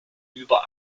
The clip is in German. über